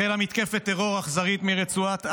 החלה מתקפת טרור אכזרית מרצועת עזה,